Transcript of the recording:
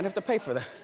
to pay for that.